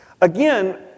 Again